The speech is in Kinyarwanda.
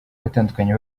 batandukanye